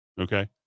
Okay